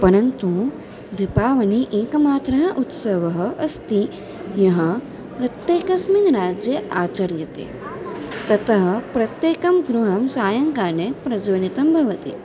परन्तु दीपावलिः एकमात्रः उत्सवः अस्ति यः प्रत्येकस्मिन् राज्ये आचर्यते ततः प्रत्येकं गृहं सायङ्काले प्रज्वलितं भवति